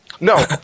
No